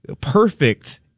perfect